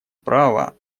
право